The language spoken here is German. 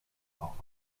auch